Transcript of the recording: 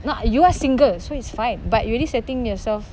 no you are single so it's fine but you already setting yourself